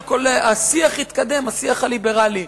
השיח התקדם, השיח הליברלי.